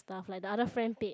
stuff like the other friend paid